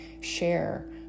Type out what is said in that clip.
share